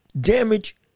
damage